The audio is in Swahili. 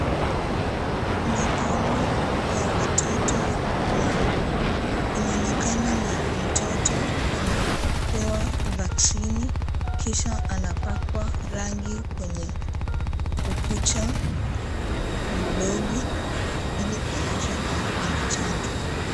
Mikono ya watoto na inaonekana ni mtoto anapewa vaccini kisha anapakwa rangi kwenye ukucha mdogo ili kuonyesha kwamba anachanjwa.